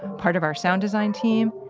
part of our sound design team,